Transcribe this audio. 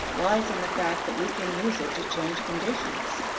lies in the fact that we can use it to change conditions.